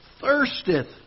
thirsteth